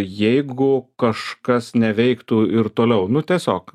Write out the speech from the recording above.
jeigu kažkas neveiktų ir toliau nu tiesiog